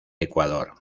ecuador